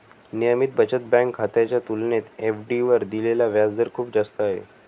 नियमित बचत बँक खात्याच्या तुलनेत एफ.डी वर दिलेला व्याजदर खूप जास्त आहे